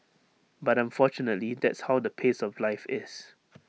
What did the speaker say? but unfortunately that's how the pace of life is